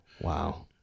Wow